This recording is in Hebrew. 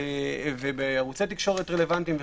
ובערוצי תקשורת רלוונטיים.